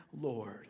Lord